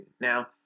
Now